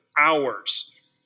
hours